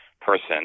person